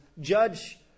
judge